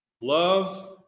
Love